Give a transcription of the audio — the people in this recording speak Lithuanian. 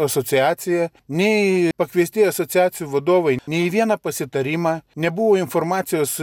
asociacija nei pakviesti asociacijų vadovai nei vieną pasitarimą nebuvo informacijos